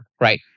right